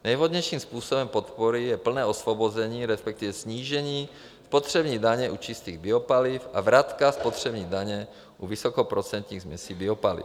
Nejvhodnějším způsobem podpory je plné osvobození, resp. snížení, spotřební daně u čistých biopaliv a vratka spotřební daně u vysokoprocentních směsí biopaliv.